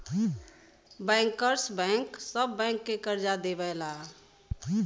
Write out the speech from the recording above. bankers bank सब bank के करजा देवला